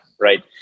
right